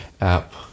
app